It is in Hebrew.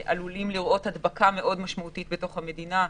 להדבקה מאוד משמעותית בתוך המדינה,